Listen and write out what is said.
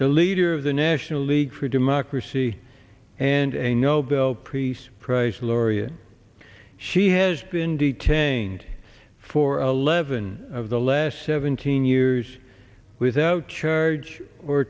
the leader of the national league for democracy and a nobel peace prize laureate she has been detained for eleven of the last seventeen years without charge or